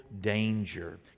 danger